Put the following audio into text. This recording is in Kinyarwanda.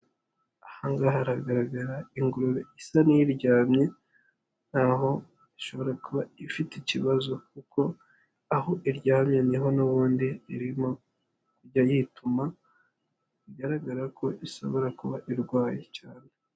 Aha haragaragara ingurube isa n'iryamye, aho ishobora kuba ifite ikibazo kuko aho iryamye niho n'ubundi irimo kujya yituma, bigaragara ko ishobora kuba irwaye cyane.